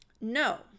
No